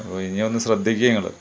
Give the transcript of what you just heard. അപ്പം ഇനി ഒന്നു ശ്രദ്ധിക്കൂ നിങ്ങൾ